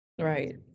Right